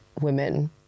women